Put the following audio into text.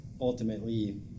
ultimately